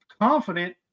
confident